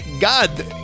God